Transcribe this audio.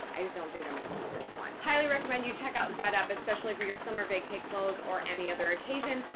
i just don't think i'm gonna keep this one. highly recommend you check out thredup, especially for your summer vacay clothes or any other occasion.